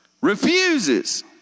Refuses